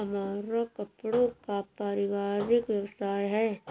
हमारा कपड़ों का पारिवारिक व्यवसाय है